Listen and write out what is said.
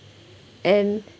and